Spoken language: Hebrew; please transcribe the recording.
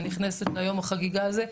ונכנסת ליום החגיגה הזה,